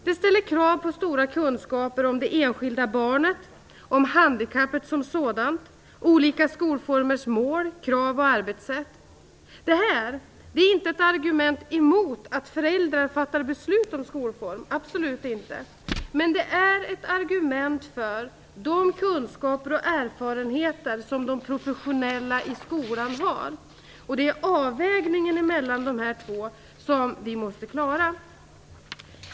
Det ställer krav på stora kunskaper om det enskilda barnet, om handikappet som sådant och om olika skolformers mål, krav och arbetssätt. Detta är inte ett argument emot att föräldrar fattar beslut om skolform - absolut inte - men det är ett argument för de kunskaper och erfarenheter som de professionella i skolan har. Det är avvägningen mellan dessa två vi måste klara.